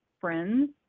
friends